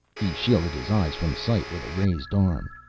he shielded his eyes from sight with a raised arm.